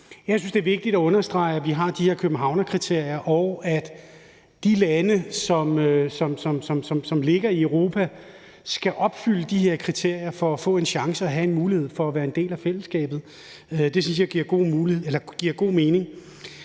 Jeg synes, det er vigtigt at understrege, at vi har de her Københavnskriterier, og at de lande, som ligger i Europa, skal opfylde de her kriterier for at få en chance og have en mulighed for at blive en del af fællesskabet. Det synes jeg giver god mening.